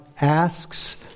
asks